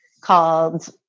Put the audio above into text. called